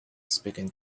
speaking